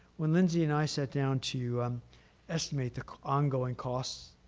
when lindsay and i sat down to um estimate the ongoing cost,